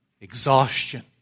exhaustion